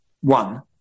one